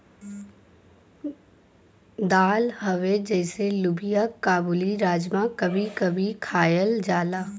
दाल हउवे जइसे लोबिआ काबुली, राजमा कभी कभी खायल जाला